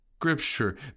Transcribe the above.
Scripture